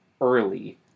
early